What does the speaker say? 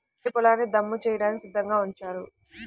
వరి పొలాల్ని దమ్ము చేయడానికి సిద్ధంగా ఉంచారు